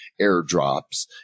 airdrops